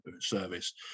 service